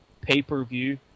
Pay-per-view